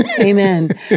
Amen